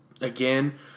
again